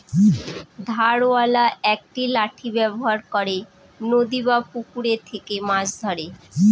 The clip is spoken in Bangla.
ধারওয়ালা একটি লাঠি ব্যবহার করে নদী বা পুকুরে থেকে মাছ ধরে